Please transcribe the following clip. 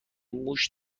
موش